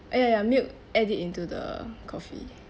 !aiya! ya milk add it into the coffee